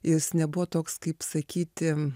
jis nebuvo toks kaip sakyti